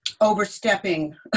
overstepping